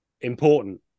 important